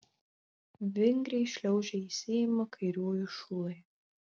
vingriai šliaužia į seimą kairiųjų šulai